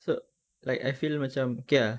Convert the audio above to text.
so like I feel macam okay lah